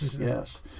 yes